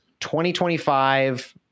2025